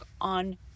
on